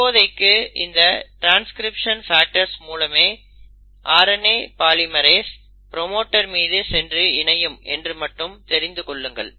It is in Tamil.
இப்போதைக்கு இந்த ட்ரான்ஸ்கிரிப்ஷன் ஃபேக்டர்ஸ் மூலமாகவே RNA பாலிமெரேஸ் ப்ரோமோட்டர் மீது சென்று இணையும் என்று மட்டும் தெரிந்து கொள்ளுங்கள்